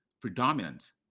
predominant